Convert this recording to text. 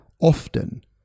often